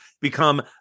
become